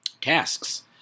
tasks